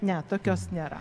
ne tokios nėra